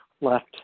Left